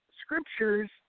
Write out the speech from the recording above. scriptures